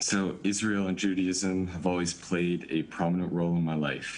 לישראל וליהדות תמיד היה תפקיד משמעותי בחיי.